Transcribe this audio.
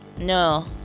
no